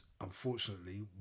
unfortunately